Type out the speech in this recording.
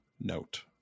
note